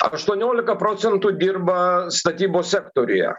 aštuoniolika procentų dirba statybos sektoriuje